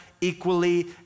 equally